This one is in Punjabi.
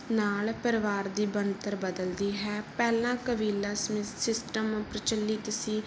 ਨਾਲ ਪਰਿਵਾਰ ਦੀ ਬਣਤਰ ਬਦਲਦੀ ਹੈ ਪਹਿਲਾਂ ਕਬੀਲਾ ਸਮਿ ਸਿਸਟਮ ਪ੍ਰਚਲਿਤ ਸੀ